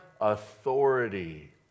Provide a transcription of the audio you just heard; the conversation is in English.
authority